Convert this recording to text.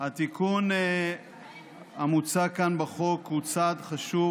התיקון המוצע כאן בחוק הוא צעד חשוב